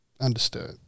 understood